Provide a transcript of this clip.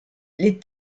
les